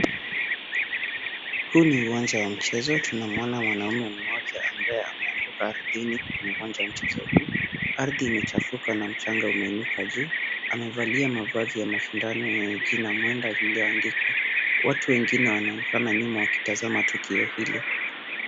Huu ni uwanja wa mchezo. Tunamuona mwanaume mmoja ambaye ameanguka ardhini kwenye uwanja wa mchezo huu. Ardhi imechafuka na mchanga umeinuka juu. Amevalia mavazi ya mashindano yenye jina Mwenda lililoandikwa. Watu wengine wanaonekana nyuma wakitazama tukio hilo.